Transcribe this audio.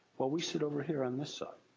while we sit over here on this side.